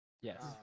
yes